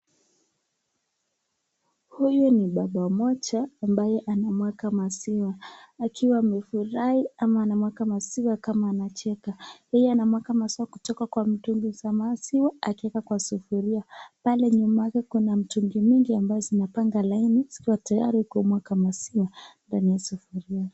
Huyu ni baba mmoja ambaye anamwaga maziwa akiwa amefurahi ama anamwaga maziwa kama anacheka. Yeye anamwanga maziwa kutoka kwa mtungi za maziwa akieka kwa sufuria. Pale nyuma yake kuna mitungi mingi ambazo zinapanga laini zikiwa tayari kumwaga maziwa ndani ya sufuria.